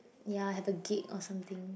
ya have a gate or something